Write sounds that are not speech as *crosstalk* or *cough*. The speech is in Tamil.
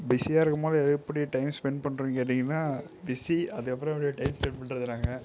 பிசியாக இருக்கும் போது எப்படி டைம் ஸ்பென்ட் பண்ணுறது கேட்டீங்னா பிசி அதுக்கு அப்புறோம் *unintelligible* டைம் ஸ்பென்ட் பண்ணுறதுனாங்க